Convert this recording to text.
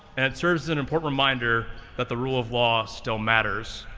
and it serves as an important reminder that the rule of law still matters.